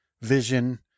vision